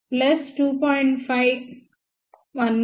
5 plus 2